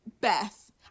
Beth